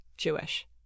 Jewish